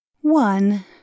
One